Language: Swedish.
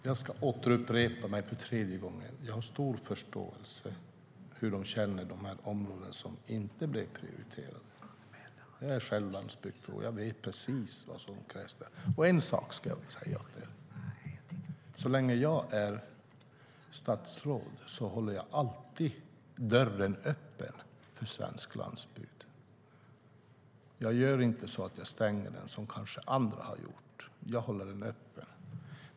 Fru talman! Jag ska återupprepa mig. För tredje gången: Jag har stor förståelse för hur man känner sig i de områden som inte blev prioriterade. Jag är själv landsbygdsbo; jag vet precis vad som krävs där. Och en sak ska jag säga er: Så länge jag är statsråd håller jag alltid dörren öppen för svensk landsbygd. Jag stänger inte dörren, som kanske andra har gjort. Jag håller den öppen.